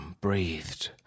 breathed